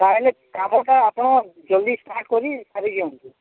ତା'ହେଲେ କାମଟା ଆପଣ ଜଲ୍ଦି ଷ୍ଟାର୍ଟ କରି ସାରି ଦିଅନ୍ତୁ